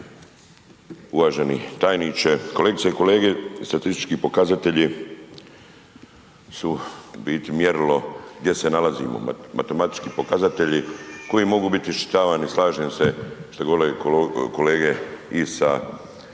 Uvaženi tajniče, kolegice i kolege, statistički pokazatelji su u biti mjerilo gdje se nalazimo, matematički pokazatelji koji mogu biti iščitavani, slažem se šta je govorila